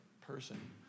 person